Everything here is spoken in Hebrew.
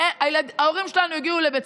אייכלר, אינו נוכח דוד